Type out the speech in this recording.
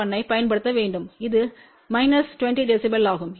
1 ஐப் பயன்படுத்த வேண்டும் இது மைனஸ் 20 dB ஆகும்